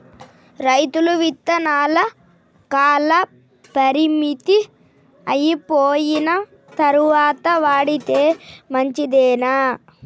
రైతులు విత్తనాల కాలపరిమితి అయిపోయిన తరువాత వాడితే మంచిదేనా?